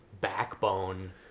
backbone